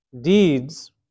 deeds